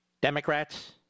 Democrats